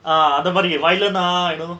ah அதமாரி:athamari violent ah you know